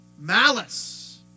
Malice